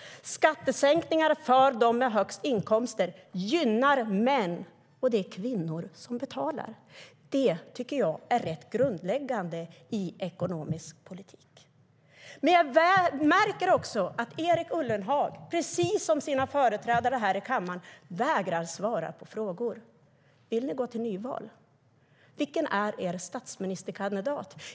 Skattesänkningar för dem med högst inkomster gynnar män, och det är kvinnor som betalar. Det tycker jag är rätt grundläggande i ekonomisk politik. Jag märker också att Erik Ullenhag, precis som sina företrädare här i kammaren, vägrar att svara på frågor. Vill ni gå till nyval? Vilken är er statsministerkandidat?